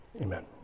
Amen